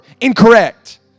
Incorrect